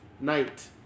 night